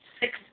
six